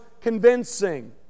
convincing